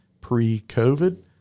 pre-COVID